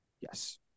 Yes